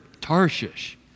Tarshish